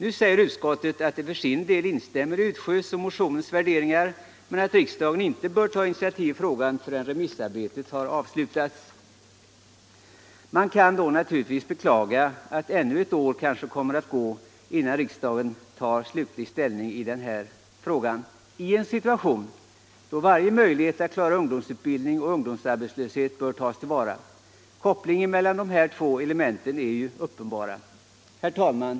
Utskottet säger att det för sin del instämmer i UTSJÖS:s och motionens värderingar men att riksdagen inte bör ta initiativ i frågan förrän remissarbetet har avslutats. Man kan då naturligtvis beklaga att ännu ett år kanske kommer att gå innan riksdagen tar slutlig ställning i den här frågan, i en situation då varje möjlighet att klara ungdomsutbildning och ungdomsarbetslöshet bör tas till vara. Kopplingen mellan de två elementen är ju uppenbar. Herr talman!